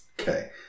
okay